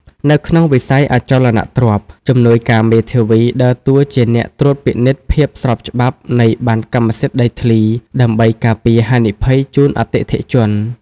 នៅក្នុងវិស័យអចលនទ្រព្យ ជំនួយការមេធាវីដើរតួជាអ្នកត្រួតពិនិត្យភាពស្របច្បាប់នៃប័ណ្ណកម្មសិទ្ធិដីធ្លី ដើម្បីការពារហានិភ័យជូនអតិថិជន។